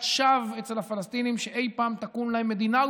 שווא אצל הפלסטינים שאי פעם תקום להם מדינה,